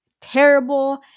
terrible